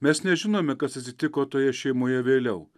mes nežinome kas atsitiko toje šeimoje vėliau